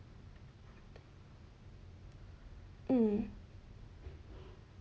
hmm